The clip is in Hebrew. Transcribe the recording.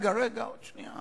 הכנסת אלדד,